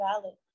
valid